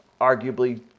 arguably